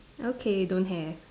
okay don't have